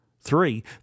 Three